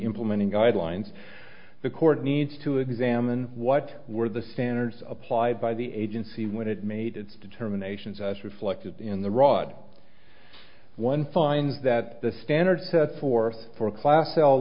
implementing guidelines the court needs to examine what were the standards applied by the agency when it made its determinations as reflected in the rod one finds that the standards set forth for a class s